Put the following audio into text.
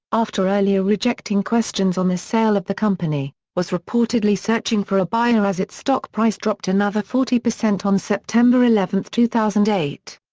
after earlier rejecting questions on the sale of the company, was reportedly searching for a buyer as its stock price dropped another forty percent on september eleven, two thousand and eight.